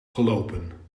gelopen